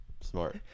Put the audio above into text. Smart